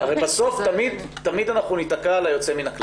הרי בסוף תמיד אנחנו ניתקע על היוצא מן הכלל.